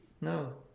no